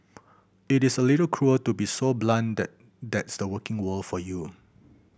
it is a little cruel to be so blunt that that's the working world for you